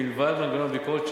מלבד מנגנון הביקורת,